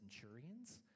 centurions